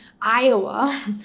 Iowa